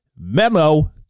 Memo